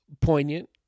poignant